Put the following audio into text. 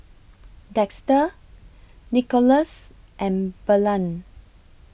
Dexter Nicholaus and Belen